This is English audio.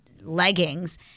leggings